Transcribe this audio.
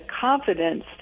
confidence